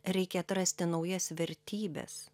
reikia atrasti naujas vertybes